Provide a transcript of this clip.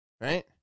right